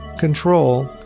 Control